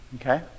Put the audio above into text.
Okay